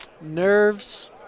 nerves